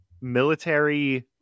military